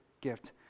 gift